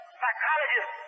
psychologist